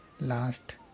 last